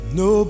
no